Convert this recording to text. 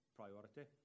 priority